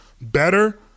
better